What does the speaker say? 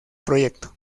proyecto